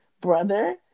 brother